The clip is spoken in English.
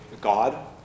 God